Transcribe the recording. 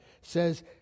says